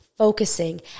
focusing